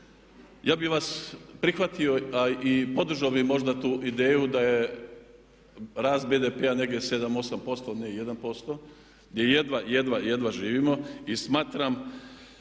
Ja bih vas prihvatio, a i podržao bih možda tu ideju da je rast BDP-a negdje 7, 8% a ne 1%, gdje jedva, jedva živimo i smatram